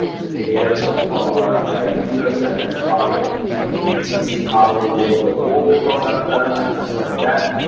let's say, gather some of our ah users and and try different things and see how they want to evolve the product and and stuff like that.